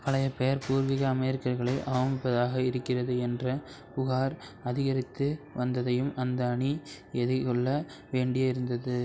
பழைய பெயர் பூர்வீக அமெரிக்கர்களை அவமதிப்பதாக இருக்கிறது என்ற புகார் அதிகரித்து வந்ததையும் அந்த அணி எதிர்கொள்ள வேண்டி இருந்தது